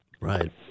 right